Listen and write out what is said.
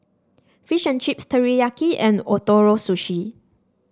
Fish and Chips Teriyaki and Ootoro Sushi